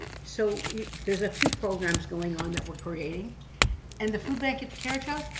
so there's a few programs going on that we're creating and the food bank at the carriage house,